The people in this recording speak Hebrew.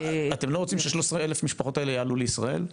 אתם לא רוצים ש-13,000 המשפחות האלו יעלו לישראל?